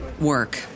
work